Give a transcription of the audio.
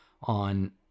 on